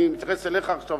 אני מתייחס אליך עכשיו,